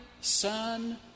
Son